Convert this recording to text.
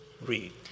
Read